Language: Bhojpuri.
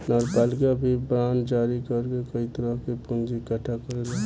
नगरपालिका भी बांड जारी कर के कई तरह से पूंजी इकट्ठा करेला